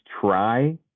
try